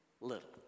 little